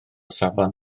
safon